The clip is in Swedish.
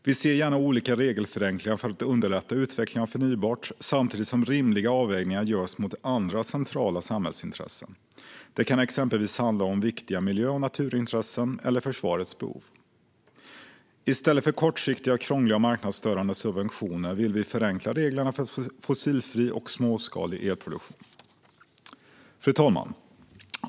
Vi ser gärna olika regelförenklingar för att underlätta utvecklingen av förnybart, samtidigt som rimliga avvägningar görs mot andra centrala samhällsintressen. Det kan exempelvis handla om viktiga miljö och naturintressen eller om försvarets behov. I stället för att införa kortsiktiga, krångliga och marknadsstörande subventioner vill vi förenkla reglerna för fossilfri och småskalig elproduktion. Fru talman!